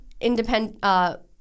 independent